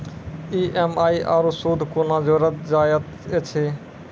EMI आरू सूद कूना जोड़लऽ जायत ऐछि?